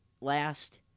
last